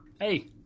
Hey